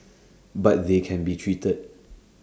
but they can be treated